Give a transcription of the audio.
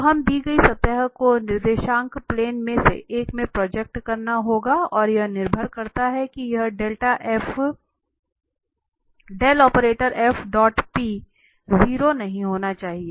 तो हमें दी गई सतह को निर्देशांक प्लेन में से एक में प्रोजेक्ट करना होगा और यह निर्भर करता है कि यह 0 नहीं होना चाहिए